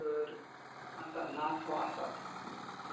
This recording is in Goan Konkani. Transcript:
तर आसा नाच हो आसाच